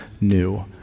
new